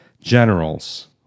generals